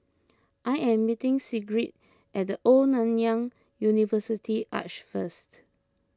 I am meeting Sigrid at the Old Nanyang University Arch first